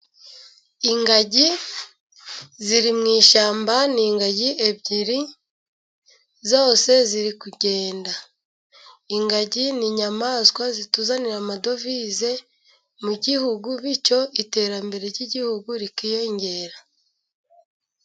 Ingagi ziri mu ishyamba. Ni ingagi ebyiri zose ziri kugenda. Ingagi ni inyamaswa zituzanira amadovize mu Gihugu, bityo iterambere ry'Igihugu rikiyongera.